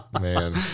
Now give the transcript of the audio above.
Man